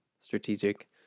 strategic